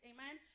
Amen